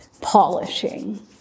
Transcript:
polishing